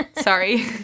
Sorry